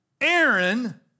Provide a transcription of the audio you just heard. Aaron